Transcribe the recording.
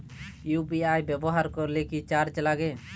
UPI ব্যবহার করলে কি চার্জ লাগে?